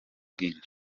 bwinshi